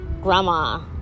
grandma